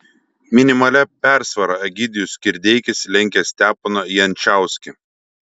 minimalia persvara egidijus kirdeikis lenkia steponą jančauskį